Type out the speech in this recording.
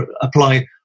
apply